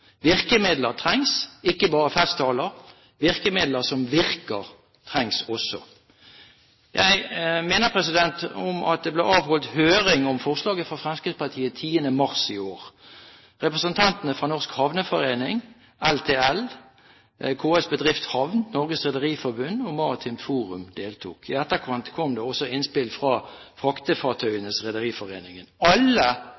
Virkemidler trengs, ikke bare festtaler – virkemidler som virker, trengs også. Jeg minner om at det ble avholdt høring om forslaget fra Fremskrittspartiet 10. mars i år. Representantene fra Norsk Havneforening, LTL, KS Bedrift Havn, Norges Rederiforbund og Maritimt Forum deltok. I etterkant kom det også innspill fra